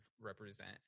represent